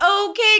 Okay